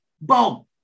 Boom